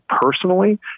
personally